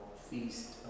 feast